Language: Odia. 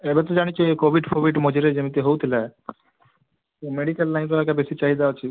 ଏବେ ତ ଜାଣିଛୁ କୋଭିଡ଼୍ ଫୋଭିଡ଼୍ ମଝିରେ ଯେମିତି ହେଉଥିଲା ଏ ମେଡ଼ିକାଲ୍ ଲାଇନ୍ର ଏକା ବେଶୀ ଚାହିଦା ଅଛି